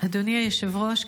אדוני היושב-ראש,